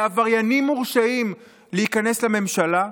לעבריינים מורשעים להיכנס לממשלה?